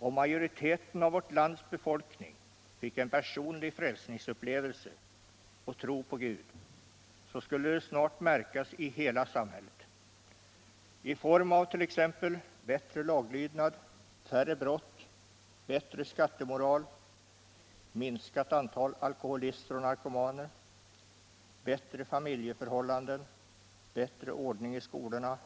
Om majoriteten av vårt lands befolkning fick en personlig frälsningsupplevelse och tro på Gud, så skulle det snart märkas i hela samhället i form av t.ex. bättre laglydnad, färre brott, bättre skattemoral, minskat antal alkoholister och narkomaner, bättre familjeförhållanden, bättre ordning i skolorna,